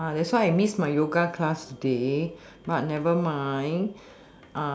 that's why I miss my yoga class today but never mind